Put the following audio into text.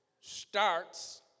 starts